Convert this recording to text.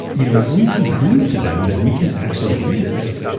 you know if we can prove to them that we can actually do this,